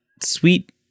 sweet